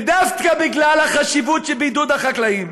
ודווקא בגלל החשיבות שבעידוד החקלאים,